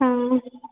हँ